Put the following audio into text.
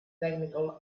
technical